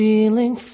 Feeling